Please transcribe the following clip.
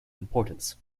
importance